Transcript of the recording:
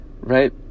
right